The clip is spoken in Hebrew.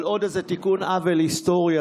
אבל עוד איזה תיקון עוול היסטורי,